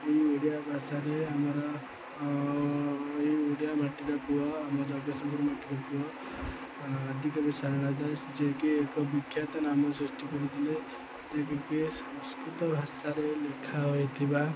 ଏହି ଓଡ଼ିଆ ଭାଷାରେ ଆମର ଏହି ଓଡ଼ିଆ ମାଟିର ପୁଅ ଆମ ଜଗତସିଂହପୁର ମାଟିର ପୁଅ ଅଧିକ ରାଜା ଯିଏକି ଏକ ବିଖ୍ୟାତ ନାମ ସୃଷ୍ଟି କରିଥିଲେ ଯିଏକିି ସଂସ୍କୃତ ଭାଷାରେ ଲେଖା ହୋଇଥିବା